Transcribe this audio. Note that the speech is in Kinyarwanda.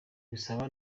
gusaba